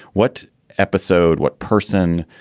what episode, what person,